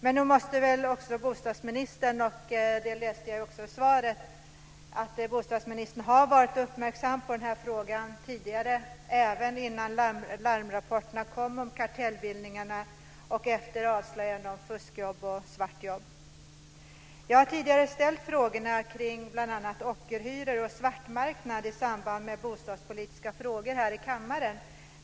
Men det framgår också av svaret att bostadsministern har blivit uppmärksam på den här frågan tidigare, även innan larmrapporterna om kartellbildningar kom och efter avslöjandena om fuskjobb och svartjobb. Jag har tidigare ställt frågor om bl.a. ockerhyror och svartmarknad i samband med bostadspolitiska frågor här i kammaren.